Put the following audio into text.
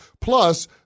Plus